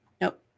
nope